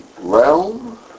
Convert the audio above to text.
realm